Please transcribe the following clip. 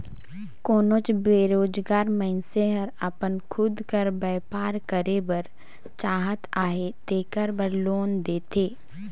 कोनोच बेरोजगार मइनसे हर अपन खुद कर बयपार करे बर चाहत अहे तेकर बर लोन देथे